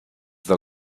the